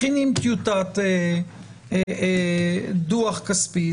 מכינים טיוטת דוח כספי,